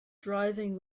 driving